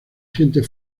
siente